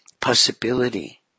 possibility